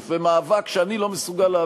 בהתיישבות ונראה לפלסטינים שזה לא משתלם.